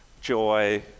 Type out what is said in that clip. joy